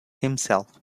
himself